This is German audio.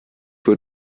wird